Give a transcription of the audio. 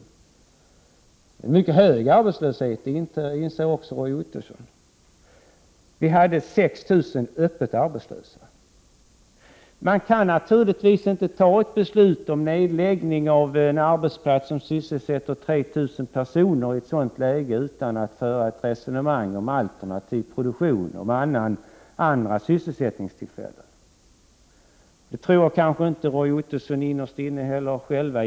Det är ett mycket högt tal, och det inser också Roy Ottosson. 6 000 människor var öppet arbetslösa. Man kan naturligtvis inte i ett sådant läge fatta beslut om nedläggning av en verksamhet som sysselsätter 3 000 personer utan att föra ett resonemang om alternativ produktion eller om möjligheterna till annan sysselsättning. Innerst inne var nog inte heller Roy Ottosson inne på någonting annat.